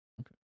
Okay